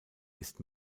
ist